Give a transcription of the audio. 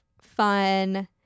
fun